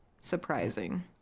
surprising